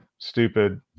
stupid